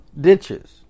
ditches